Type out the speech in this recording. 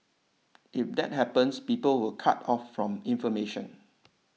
if that happens people will cut off from information